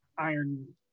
iron